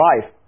life